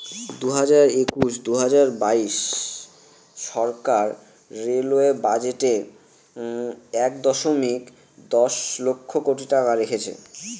দুই হাজার একুশ দুই হাজার বাইশ সরকার রেলওয়ে বাজেটে এক দশমিক দশ লক্ষ কোটি টাকা রেখেছে